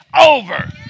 over